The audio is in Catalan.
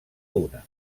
una